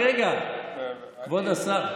רק רגע, כבוד השר.